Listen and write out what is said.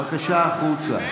בבקשה החוצה.